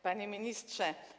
Panie Ministrze!